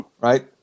Right